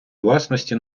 власності